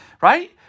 right